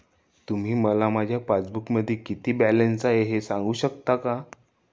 तुम्ही मला माझ्या पासबूकमध्ये किती बॅलन्स आहे हे सांगू शकता का?